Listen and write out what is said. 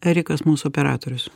erikas mūsų operatorius